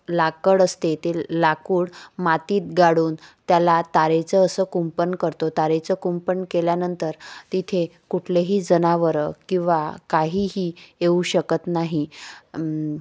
लाकड असते ते लाकूड मातीत गाडून त्याला तारेचं असं कुंपण करतो तारेचं कुंपण केल्यानंतर तिथे कुठलेही जनावरं किंवा काहीही येऊ शकत नाही